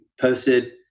posted